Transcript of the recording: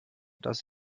dass